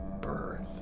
birth